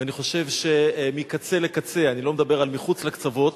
אני חושב שמקצה לקצה, אני לא מדבר על מחוץ לקצוות,